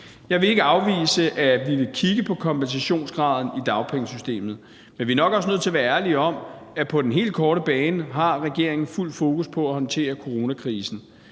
Jeg vil ikke afvise, at vi vil kigge på kompensationsgraden i dagpengesystemet, men vi er nok også nødt til at være ærlige om, at på den helt korte bane har regeringen fuldt fokus på at håndtere coronakrisen.